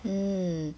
mm